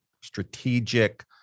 strategic